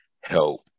help